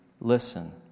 listen